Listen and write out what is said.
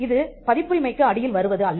இது பதிப்புரிமைக்கு அடியில் வருவது அல்ல